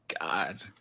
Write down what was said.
god